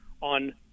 on